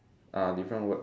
ah different word